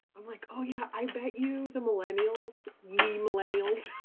i'm like, oh, yeah, i bet you the millennials ye millennials.